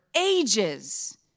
ages